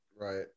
Right